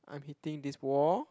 I'm hitting this wall